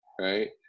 right